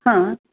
हां